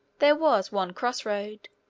there was one cross-road,